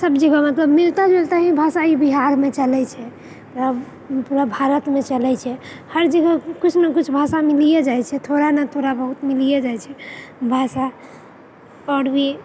सब चीज मतलब मिलता जुलता ही सब बिहारमे चलए छै पूरा भारतमे चलए छै हर जगह किछु ने किछु भाषा मिलिए जाइ छै थोड़ा ने थोड़ा बहुत मिलिए जाइ छै भाषा आओर भी